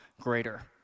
greater